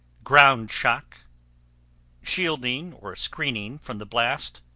ground shock shielding, or screening, from the blast